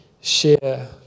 share